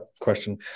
question